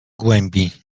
głębi